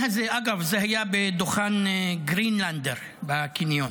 אגב, זה היה בדוכן גרינלנדר בקניון,